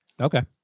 Okay